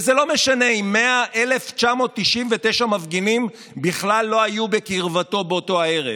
וזה לא משנה אם 100,999 מפגינים בכלל לא היו בקרבתו באותו הערב,